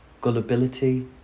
gullibility